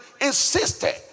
insisted